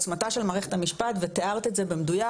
לעוצמתה של מערכת המשפט ותיארת את זה במדויק,